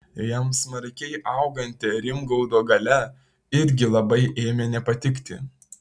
jam smarkiai auganti rimgaudo galia irgi labai ėmė nepatikti